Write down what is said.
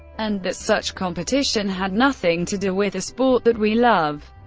and that such competition had nothing to do with the sport that we love.